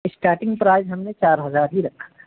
starting price ہم نے چار ہزار ہی رکھا تھا